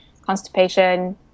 constipation